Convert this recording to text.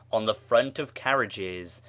on the front of carriages,